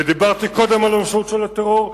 ודיברתי קודם על המשמעות של הטרור,